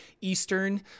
Eastern